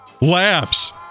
laughs